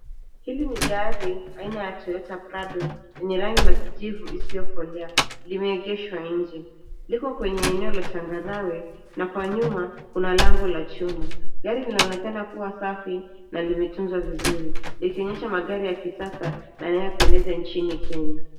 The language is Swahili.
Hili ni gari aina ya Toyota prado lenye rangi ya kijivu isiyokolea, limeegeshwa nje. Liko kwenye eneo la changarawe na kwa nyuma kuna lango la chuma. Gari linaonekana kuwa safi na limetunzwa vizuri likionyesha magari ya kisasa yanayopendeza nchini Kenya.